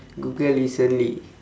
google recently